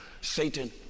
Satan